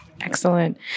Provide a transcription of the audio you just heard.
Excellent